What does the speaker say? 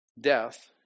Death